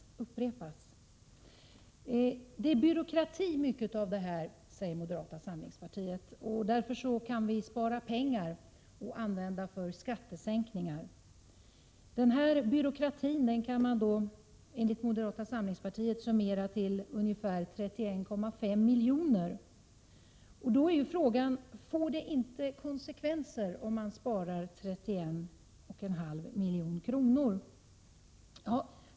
Moderata samlingspartiet anser att dessa anslag i stor utsträckning går till byråkrati, och de menar att vi därför kan spara pengar och använda till skattesänkningar. Denna byråkrati kan man, enligt moderata samlingspartiet, värdera till ungefär 31,5 miljoner. Frågan är då om det inte får konsekvenser om man sparar 31,5 miljoner.